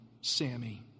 Sammy